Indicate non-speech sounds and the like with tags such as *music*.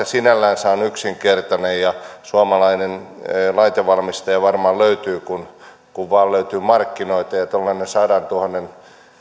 *unintelligible* sinällänsä on yksinkertainen ja suomalainen laitevalmistaja varmaan löytyy kunhan vain löytyy markkinoita ja tuollainen sataantuhanteen